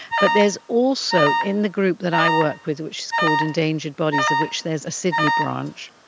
but there is also, in the group that i work with, which is called endangered bodies, of which there is a sydney branch,